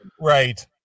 Right